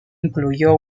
incluyó